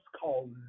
called